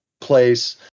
place